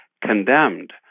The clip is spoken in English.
condemned